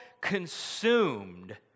consumed